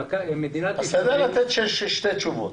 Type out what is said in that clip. אם כן, תן שתי תשובות.